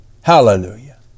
Hallelujah